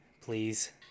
please